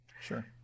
Sure